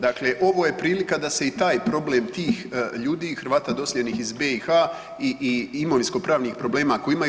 Dakle, ovo je prilika da se i taj problem tih ljudi, Hrvata doseljenih iz BiH i imovinsko-pravnih problema koje imaju.